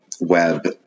web